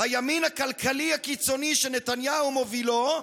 הימין הכלכלי הקיצוני, שנתניהו מובילו,